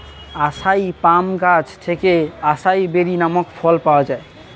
আসাই palm গাছ থেকে acai berry নামক ফল পাওয়া যায়